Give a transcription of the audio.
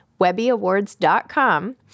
webbyawards.com